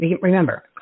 Remember